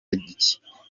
gicye